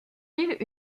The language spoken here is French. ils